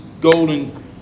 golden